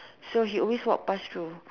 so we always walk pass though